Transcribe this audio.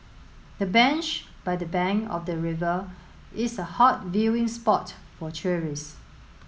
the bench by the bank of the river is a hot viewing spot for tourists